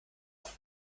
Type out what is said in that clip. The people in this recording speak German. auf